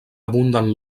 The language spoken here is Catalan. abunden